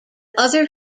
other